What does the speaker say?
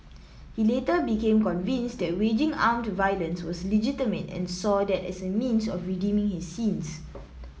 he later became convinced that waging armed violence was legitimate and saw that as a means of redeeming his sins